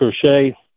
Crochet